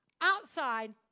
Outside